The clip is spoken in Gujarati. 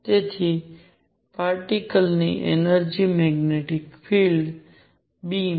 તેથી પાર્ટીકલ ની એનર્જિ મેગ્નેટિક ફીલ્ડ B માં